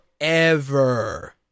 forever